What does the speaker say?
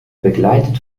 begleitet